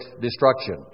destruction